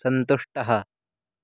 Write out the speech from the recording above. सन्तुष्टः